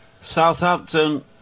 Southampton